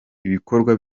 ibikorwa